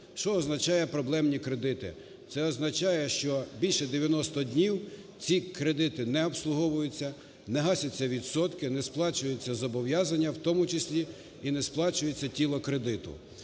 Що означає проблемні кредити? Це означає, що більше 90 днів ці кредити не обслуговуються, не гасяться відсотки, не сплачується зобов'язання, в тому числі і не сплачується тіло кредиту.